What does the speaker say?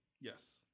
Yes